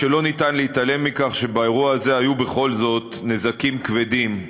לא ניתן להתעלם מכך שבאירוע הזה היו בכל זאת נזקים כבדים.